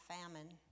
famine